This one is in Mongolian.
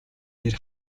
нэр